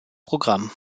programm